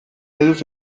medios